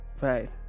right